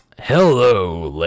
hello